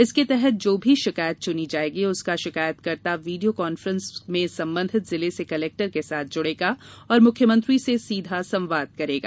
इसके तहत जो भी शिकायत चुनी जायेगी उसका शिकायतकर्ता वीडियो कान्फ्रेंस में संबंधित जिले से कलेक्टर के साथ जुड़ेगा और मुख्यमंत्री से सीधा संवाद करेगा